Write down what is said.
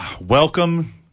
Welcome